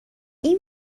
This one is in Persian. این